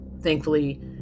Thankfully